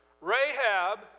rahab